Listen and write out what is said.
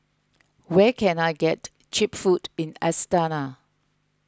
where can I get Cheap Food in Astana